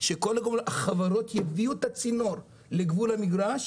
שכל החברות יביאו את הצינור לגבול המגרש,